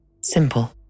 Simple